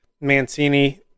Mancini